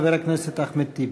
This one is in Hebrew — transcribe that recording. חבר הכנסת אחמד טיבי.